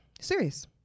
Serious